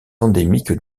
endémique